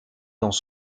dans